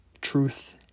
truth